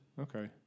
Okay